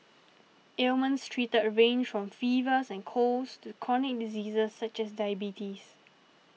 Ailments treated range from fevers and colds to chronic diseases such as diabetes